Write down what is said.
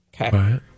Okay